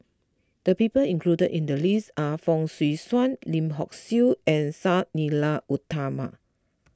the people included in the list are Fong Swee Suan Lim Hock Siew and Sang Nila Utama